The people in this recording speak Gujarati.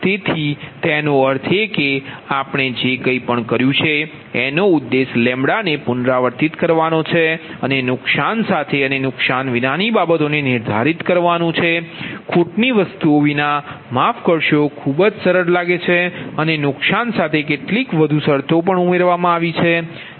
તેથી તેનો અર્થ એ કે આપણે જે કંઇ પણ કર્યું છે એનો ઉદેશ લેમ્બડાને પુનરાવર્તિત કરવાનો છે અને નુકસાન સાથે અને નુકસાન વિનાની બાબતોને નિર્ધારિત કરવાનું છે ખોટની વસ્તુઓ વિના માફ કરશો ખૂબ જ સરળ લાગે છે અને નુકસાન સાથે કેટલીક વધુ શરતો ઉમેરવામાં આવી છે